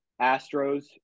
Astros